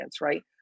right